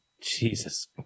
Jesus